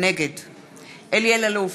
נגד אלי אלאלוף,